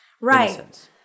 Right